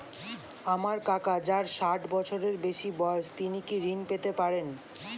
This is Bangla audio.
আমার কাকা যার ষাঠ বছরের বেশি বয়স তিনি কি ঋন পেতে পারেন?